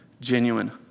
genuine